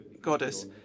goddess